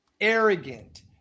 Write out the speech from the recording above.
arrogant